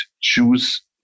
choose